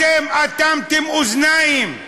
אתם אטמתם אוזניים.